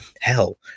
hell